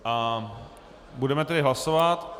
A budeme tedy hlasovat.